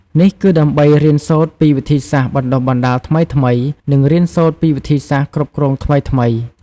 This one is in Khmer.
នេះគឺដើម្បី រៀនសូត្រពីវិធីសាស្ត្របណ្តុះបណ្តាលថ្មីៗ និងរៀនសូត្រពីវិធីសាស្ត្រគ្រប់គ្រងថ្មីៗ។